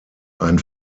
ein